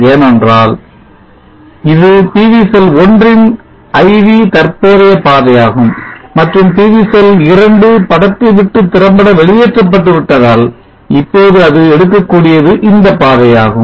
ஏனென்றால் இது PV cell 1 ன் IV தற்போதைய பாதையாகும் மற்றும் PV செல் 2 படத்தை விட்டு திறம்பட வெளியேற்றப்பட்டதால் இப்போது அது எடுக்கக் கூடியது இந்த பாதையாகும்